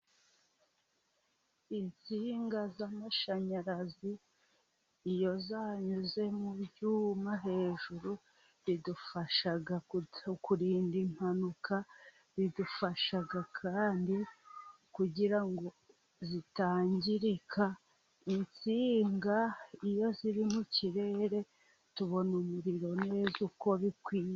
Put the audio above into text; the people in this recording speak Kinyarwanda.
Insinga z'amashanyarazi iyo zanyuze mu byuma hejuru bidufasha kurinda impanuka, bidufasha kandi kugira ngo zitangirika. Insinga iyo ziri mu kirere tubona umuriro neza uko bikwiye.